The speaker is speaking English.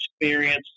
experience